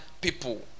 people